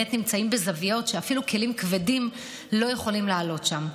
שנמצאים בזוויות שאפילו כלים כבדים לא יכולים לעלות לשם.